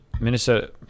minnesota